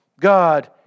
God